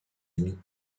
amies